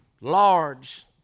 large